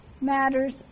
matters